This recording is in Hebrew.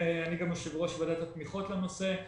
אני גם יושב ראש ועדת התמיכות לנושא.